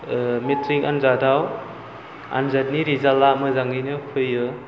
matric आन्जादआव आन्जादनि रिजाल्टआ मोजाङैनो फैयो